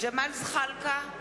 ג'מאל זחאלקה,